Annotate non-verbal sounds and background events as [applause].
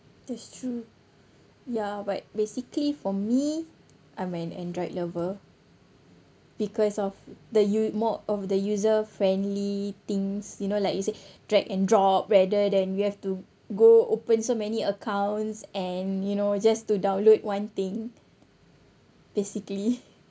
that's true ya but basically for me I'm an android lover because of the us~ more of the user friendly things you know like it's a [breath] drag and drop rather than you have to go open so many accounts and you know just to download one thing basically